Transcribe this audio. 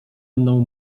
mną